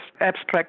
abstract